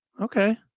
Okay